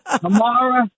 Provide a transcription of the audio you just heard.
tomorrow